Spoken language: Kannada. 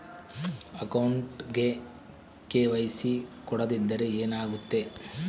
ಅಕೌಂಟಗೆ ಕೆ.ವೈ.ಸಿ ಕೊಡದಿದ್ದರೆ ಏನಾಗುತ್ತೆ?